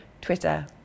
Twitter